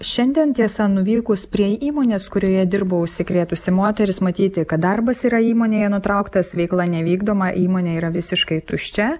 šiandien tiesa nuvykus prie įmonės kurioje dirbo užsikrėtusi moteris matyti kad darbas yra įmonėje nutrauktas veikla nevykdoma įmonė yra visiškai tuščia